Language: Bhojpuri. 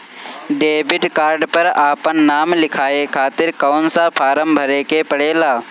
डेबिट कार्ड पर आपन नाम लिखाये खातिर कौन सा फारम भरे के पड़ेला?